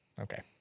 Okay